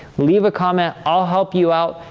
leave a comment. i'll help you out.